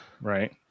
right